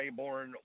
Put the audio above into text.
Rayborn